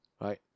right